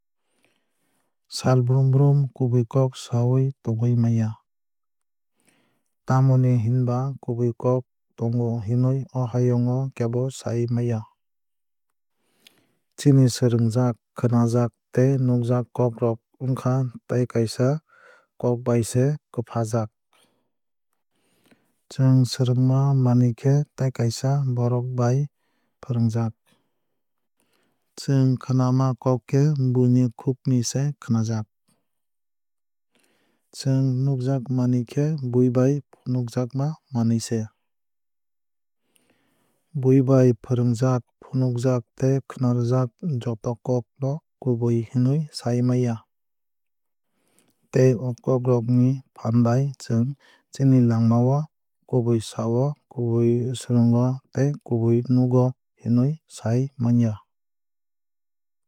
Salbrum brum kubui kok sawui tongwui manya. Tamoni hinba kubui kok tongu hinwui o hayung o kebo sai maiya. Chini swrwngjak khwnajak tei nukjak kok rok wngkha tei kaisa kok bai se kwfajak. Chwng swrwngma manwui khe tai kaisa borok bai fwrwngjak. Chwng khwnajak kok khe buini khukni se khwnajak. Chwng nukjak manwui khe bui bai funukjakma manwui se. Bui bai fwrwnjak phunukjak tei khwnarwjak joto kok no kubui hinwui sai maiya. Tai o kok rok ni phaan bai chwng chini langma o kubui sa o kubui swrwng o tei kubui nug o hinwui sai manya.